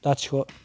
लाथिख'